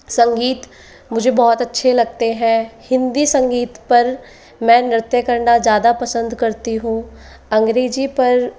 संगीत मुझे बहुत अच्छे लगते हैं हिंदी संगीत पर मैं नृत्य करना ज्यादा पसंद करती हूँ अंग्रेजी पर